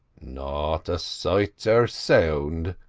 not a sight or sound,